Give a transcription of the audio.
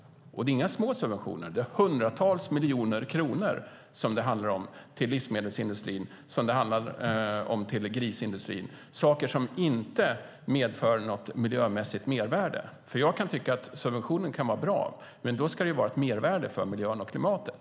Och det är inga små subventioner - det handlar om hundratals miljoner kronor till livsmedelsindustrin och grisindustrin, som inte medför något miljömässigt mervärde. Jag kan tycka att subventioner kan vara bra, men då ska de innebära ett mervärde för miljön och klimatet.